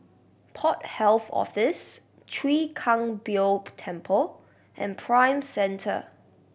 Port Health Office Chwee Kang Beo Temple and Prime Centre